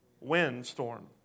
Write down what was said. windstorm